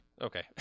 Okay